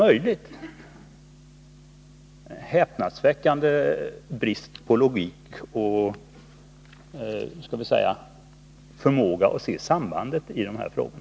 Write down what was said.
Det är en häpnadsväckande brist på logik och förmåga att se sambandet i den här frågan.